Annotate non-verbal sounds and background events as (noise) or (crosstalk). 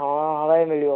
ହଁ (unintelligible) ବି ମିଳିବ